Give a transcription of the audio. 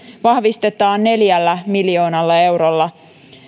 vahvistetaan neljällä miljoonalla eurolla